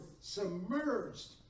submerged